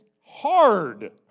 hard